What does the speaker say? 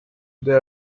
they